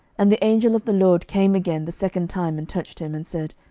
and the angel of the lord came again the second time, and touched him, and said,